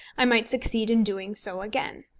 i might succeed in doing so again.